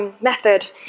Method